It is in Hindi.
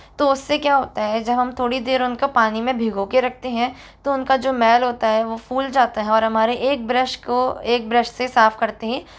तो उससे क्या होता है जब हम थोड़ी देर उनको पानी में भिगो के रखते हैं तो उनका जो मैल होता है वो फूल जाता है और हमारे एक ब्रश को एक ब्रश से साफ़ करते ही